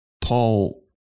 Paul